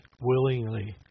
willingly